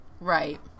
Right